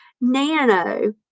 Nano